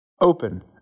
Open